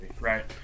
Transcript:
right